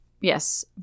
Yes